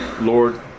Lord